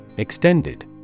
Extended